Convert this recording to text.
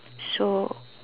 so